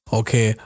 okay